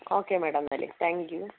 okay madam എന്നാൽ thank U